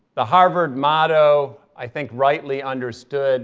the harvard motto i think rightly understood